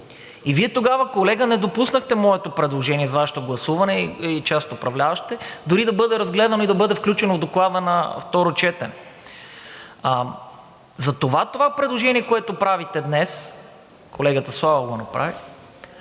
Вие тогава не допуснахте моето предложение с Вашето гласуване и част от управляващите дори да бъде разгледано и да бъде включено в Доклада на второ четене. Затова предложението, което правите днес – колегата Славов го направи,